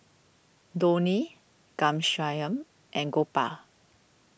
Dhoni Ghanshyam and Gopal